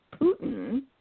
Putin